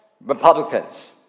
Republicans